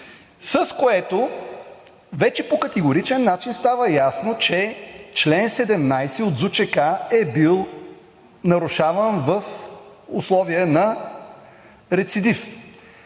с което вече по категоричен начин става ясно, че чл. 17 от ЗУЧК е бил нарушаван в условия на рецидив.